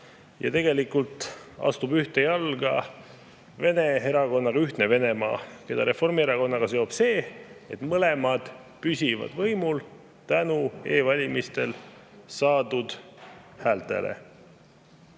ja tegelikult astub ühte jalga Vene erakonnaga Ühtne Venemaa, keda Reformierakonnaga seob see, et mõlemad püsivad võimul tänu e‑valimistel saadud häältele.